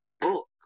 book